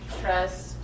trust